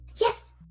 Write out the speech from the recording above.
Yes